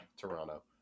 Toronto